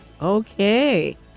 Okay